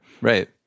Right